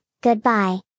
goodbye